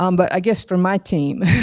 um but i guess from my team,